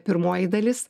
pirmoji dalis